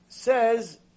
says